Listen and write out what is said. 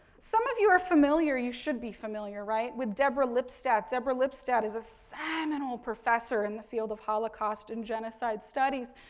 some of you are familiar you should be familiar, right, with deborah lipstadt. deborah lipstadt is a seminal professor in the field of holocaust and genocide studies.